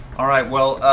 all right, well,